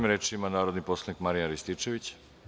Reč ima narodni poslanik Marijan Rističević.